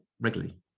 regularly